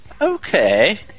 okay